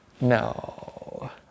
No